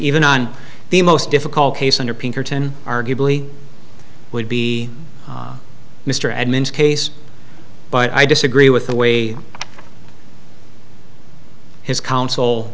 even on the most difficult case under pinkerton arguably would be mr edmunds case but i disagree with the way his counsel